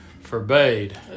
forbade